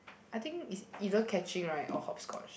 I think it's either catching right or hopscotch